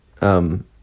um-